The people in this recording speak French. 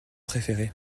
préféré